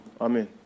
Amen